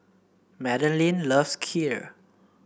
Madaline loves Kheer